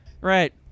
right